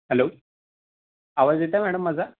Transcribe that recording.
hello आवाज येत आहे मॅडम माझा